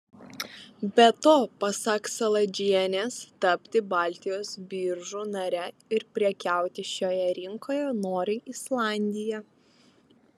be to pasak saladžienės tapti baltijos biržų nare ir prekiauti šioje rinkoje nori islandija